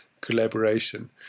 collaboration